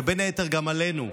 ובין היתר גם עלינו,